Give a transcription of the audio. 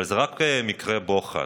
אבל זה רק מקרה בוחן.